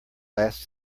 last